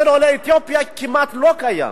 אצל עולי אתיופיה, כמעט לא קיים.